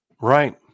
Right